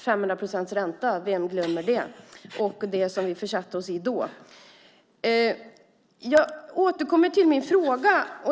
500 procents ränta - vem glömmer det och det som vi försatte oss i då? Jag återkommer till min fråga.